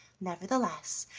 nevertheless,